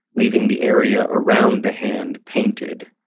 leaving the area around the hand painted.